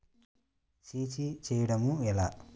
CC చేయడము ఎలా?